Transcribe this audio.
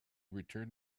returned